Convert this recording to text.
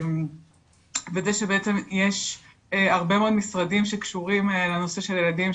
זה שבעצם יש הרבה מאוד משרדים שקשורים לנושא של הילדים,